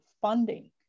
funding